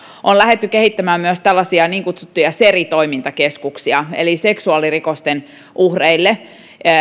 on lähdetty kehittämään myös tällaisia niin kutsuttuja seri toimintakeskuksia eli seksuaalirikosten uhreille